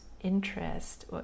interest